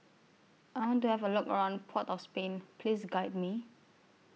I want to Have A Look around Port of Spain Please Guide Me